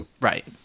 Right